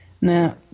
Now